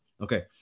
Okay